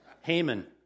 Haman